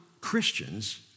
Christians